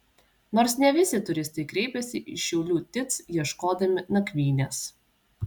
nors ne visi turistai kreipiasi į šiaulių tic ieškodami nakvynės